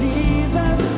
Jesus